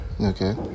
okay